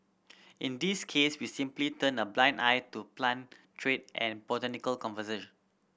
in this case we simply turned a blind eye to plant trade and botanical conservation